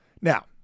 Now